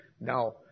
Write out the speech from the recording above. Now